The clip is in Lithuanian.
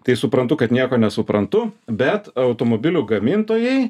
tai suprantu kad nieko nesuprantu bet automobilių gamintojai